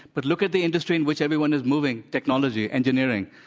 but look at the industry in which everyone is moving, technology, engineering.